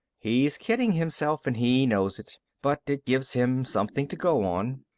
he's kidding himself and he knows it, but it gives him something to go on.